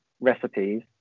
recipes